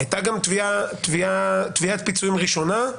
הייתה גם תביעת פיצויים ראשונה,